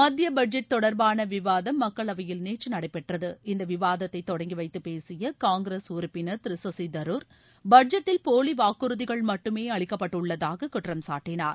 மத்திய பட்ஜெட் தொடர்பான விவாதம் மக்களவையில் நேற்று நடைபெற்றது இந்த விவாதத்தை தொடங்கி வைத்து பேசிய காங்கிரஸ் உறுப்பினர் திரு சசி தருர் பட்ஜெட்டில் பொய்யான வாக்குறுதிகள் மட்டுமே அளிக்கப்பட்டுள்ளதாக குற்றம் சாட்டினார்